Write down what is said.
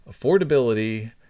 affordability